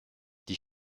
die